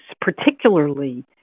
particularly